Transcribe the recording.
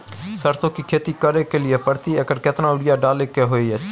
सरसो की खेती करे के लिये प्रति एकर केतना यूरिया डालय के होय हय?